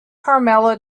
carmela